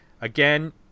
again